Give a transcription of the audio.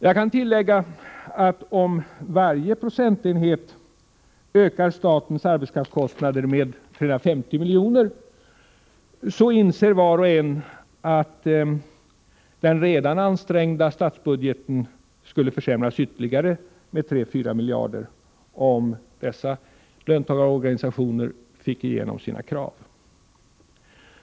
Jag kan tillägga att om varje procentenhet ökar statens arbetskraftskostnader med 350 milj.kr.. inser var och en att den redan ansträngda statsbudgeten skulle försämras ytterligare med 3-4 miljarder kronor. om dessa löntagarorganisationer fick igenom sina krav.